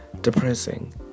depressing